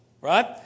right